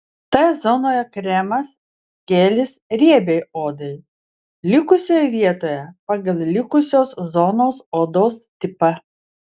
t zonoje kremas gelis riebiai odai likusioje vietoje pagal likusios zonos odos tipą